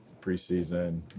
preseason